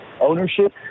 ownership